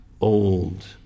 old